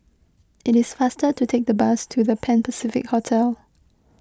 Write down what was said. it is faster to take the bus to the Pan Pacific Hotel